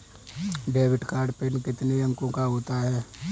Debit card pin कितने अंकों का होता है?